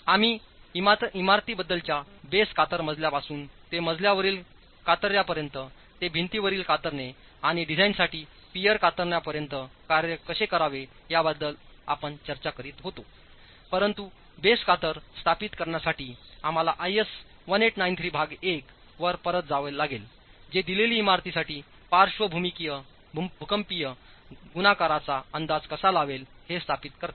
आम्हीइमारतीबद्दलच्याबेस कातर मजल्यापासूनते मजल्यावरीलकातर्यापर्यंत ते भिंतीवरील कातरणे आणि डिझाइनसाठी पियर कातर्यापर्यंत कार्यकसे करावे याबद्दल आपण चर्चा करीत होतोपरंतु बेस कातर स्थापित करण्यासाठी आम्हाला आयएस 1893 भाग 1 वर परत जावे लागेल जेदिलेली इमारतीसाठीपार्श्व भूकंपीय गुणाकाराचा अंदाज कसा लावेल हे स्थापित करते